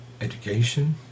education